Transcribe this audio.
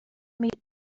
meet